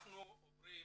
אנחנו עוברים